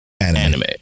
anime